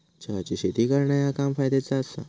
चहाची शेती करणा ह्या काम फायद्याचा आसा